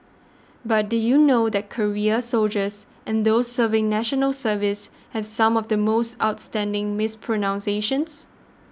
but did you know that career soldiers and those serving National Service have some of the most outstanding mispronunciations